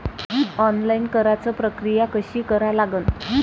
Online कराच प्रक्रिया कशी करा लागन?